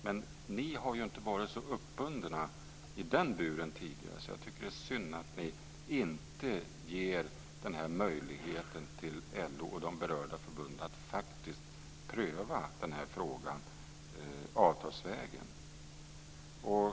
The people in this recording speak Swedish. Men ni har inte varit så uppbundna i den buren tidigare, så jag tycker att det är synd att ni inte ger LO och de berörda förbunden möjligheten att faktiskt pröva den här frågan avtalsvägen.